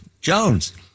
Jones